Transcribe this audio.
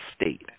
state